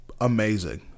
amazing